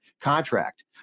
contract